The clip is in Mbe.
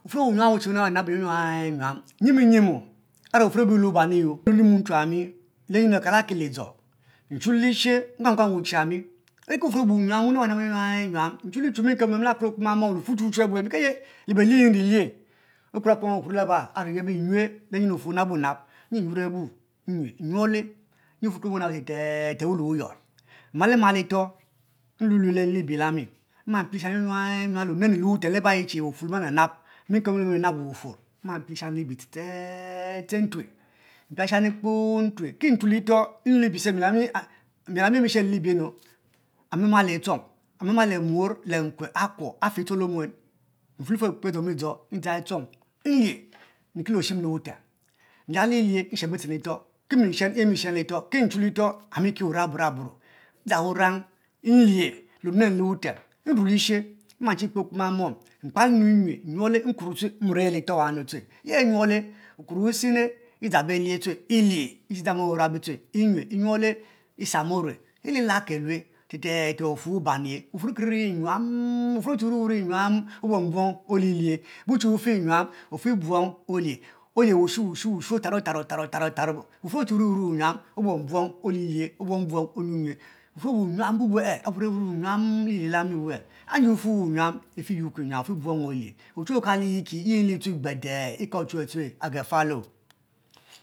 Wufuor aba wunabanab nyam nyuam nyimu nyimu are wufor abu lue ban you luni wutu ami aku lu ki izo nchuli she kuankuan wuchi ami iri ki wufuor abu wuyuan chali ehu mom ami la kukuor okpoma mom wufuor wuchuchu abue mki eyi le be lie mi lie okpere mom okuro leba arue nyue lenyinu wufur wunabonab nyi nyure bu neyue nyuole lea wulue wuyurr mma le ma lito nlue lue le libia la mi mma pie lishani nyuamyuam le onenu le wutem liba ayi chi wufuor wumila nab nab, mikel enab le wufour mma pie lishani libie ste ste ste mtue mpiak lighani kpoo ki ntue litoh miel ami shero libu nu amimu le itchong mour le nkue akuo afe etchong le muen nfulifu akpe pke a dzomi dzo ndzang itchong nlie nri ki le oshem le wutem nlielie nshan bitem litoh ki nshen le amishen litoh kineha lito amilie wurang aburabuo, nzang wurong nlie le linem lewutem nrue lighe mma che kpe okpoma muom mkpo lo nyue nyuole nkur tu mmuor ehe liot wa tue he agur le wukuro wusene izang belie elie echi zang mom abe beh mabe tue nyuen, iyuonle isam ome ililal kelue te te te wufuor wubaniye wufuor wunki nyi nyuam obunbuong olie bu che wufe nyam ofibuong olie olie wushu wushu wushu otano otano taro taro taro wufuro abu wui wui wu nyuam obuong buong ony nyue nde wufe nyuan ofa buong olie ochuwue okaliye yi lie tue gbede ki ochuwue tue agafualo